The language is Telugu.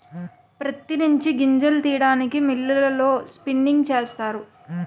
ప్రత్తి నుంచి గింజలను తీయడానికి మిల్లులలో స్పిన్నింగ్ చేస్తారు